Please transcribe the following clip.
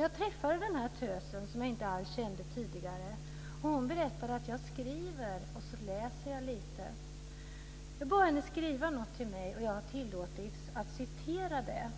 Jag träffade den här tösen, som jag inte kände sedan tidigare, och hon berättade att hon skriver och läser lite. Jag bad henne skriva något till mig, och jag har tillåtits citera det: